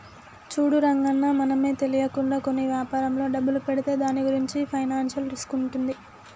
చూడు రంగన్న మనమే తెలియకుండా కొన్ని వ్యాపారంలో డబ్బులు పెడితే దాని గురించి ఫైనాన్షియల్ రిస్క్ ఉంటుంది